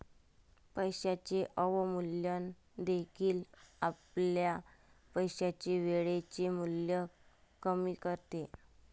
पैशाचे अवमूल्यन देखील आपल्या पैशाचे वेळेचे मूल्य कमी करते